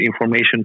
information